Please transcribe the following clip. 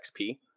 XP